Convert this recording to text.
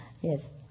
Yes